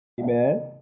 Amen